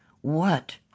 What